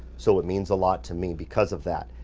so it means a lot to me because of that.